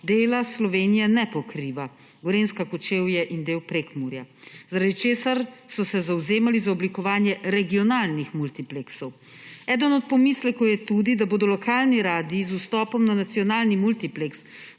dela Slovenije ne pokriva: Gorenjske, Kočevja in del Prekmurja, zaradi česar so se zavzemali za oblikovanje regionalnih multipleksov. Eden od pomislekov je tudi, da bodo lokalni radii z vstopom na nacionalni multipleks